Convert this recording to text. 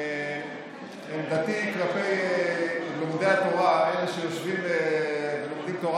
עמדתי כלפי לומדי התורה, אלה שיושבים ולומדים תורה